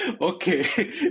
okay